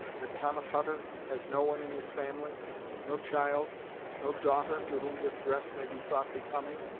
that thomas hutter has no one in his family no child no daughter, to whom this dress may be thought becoming,